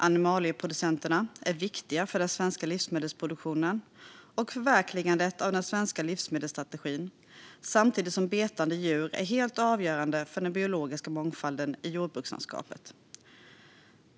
Animalieproducenterna är viktiga för den svenska livsmedelsproduktionen och förverkligandet av den svenska livsmedelsstrategin, samtidigt som betande djur är helt avgörande för den biologiska mångfalden i jordbrukslandskapet.